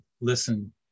listen